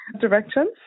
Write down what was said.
directions